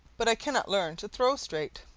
but i cannot learn to throw straight.